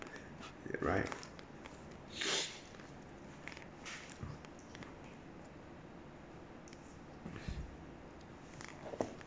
it right